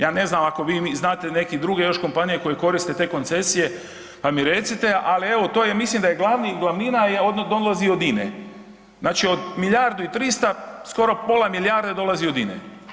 Ja ne znam, ako vi znate neke druge još kompanije koje koriste te koncesije, pa mi recite, ali evo, to mislim da je glavni, glavnina je, dolazi od INE, znači od milijardu i 300 skoro pola milijarde dolazi od INE.